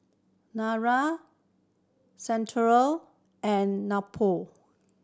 Nutren Centrum and Nepro